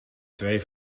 twee